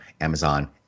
Amazon